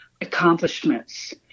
Accomplishments